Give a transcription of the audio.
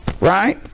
Right